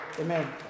amen